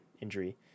injury